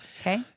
Okay